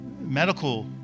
medical